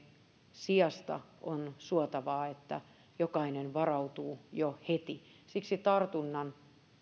sijasta on suotavaa että jokainen varautuu jo heti siksi tartunnalle